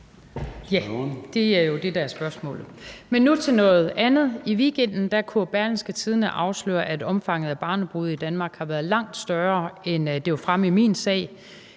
Ja, det er jo det, der er spørgsmålet. Men nu til noget andet: I weekenden kunne Berlingske afsløre, at omfanget af barnebrude i Danmark har været langt større, end det var fremme i min sag.